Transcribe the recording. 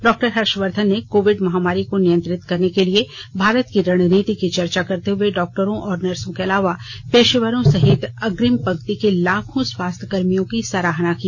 डॉ हर्षवर्धन ने कोविड महामारी को नियंत्रित करने के लिए भारत की रणनीति की चर्चा करते हुए डॉक्टरों और नर्सों के अलावा पेशेवरों सहित अग्रिम पंक्ति के लाखों स्वास्थ्यकर्मियों की सराहना की